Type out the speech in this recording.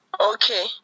Okay